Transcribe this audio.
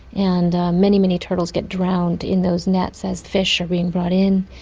and many, many turtles get drowned in those nets as fish are being brought in,